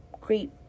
great